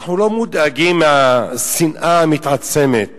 אנחנו לא מודאגים מהשנאה המתעצמת